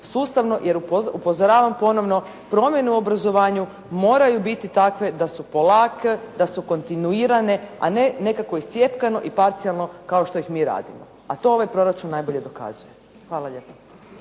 sustavno, jer upozoravam ponovno promjene u obrazovanju moraju biti takve da su polake, da su kontinuirane, a ne nekako iscjepkano i parcijalno kao što ih mi radimo, a to ovaj proračun najbolje dokazuje. Hvala lijepa.